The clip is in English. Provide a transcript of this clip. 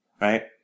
Right